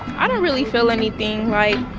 i don't really feel anything.